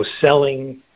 selling